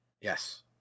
Yes